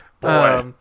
Boy